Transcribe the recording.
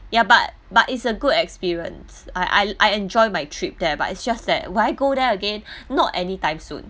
ya but but it's a good experience I I I enjoy my trip there but it's just that why go there again not anytime soon